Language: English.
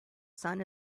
son